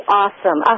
awesome